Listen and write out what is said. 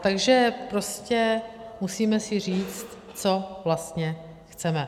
Takže prostě musíme si říct, co vlastně chceme.